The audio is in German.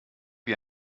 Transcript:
wie